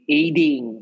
aiding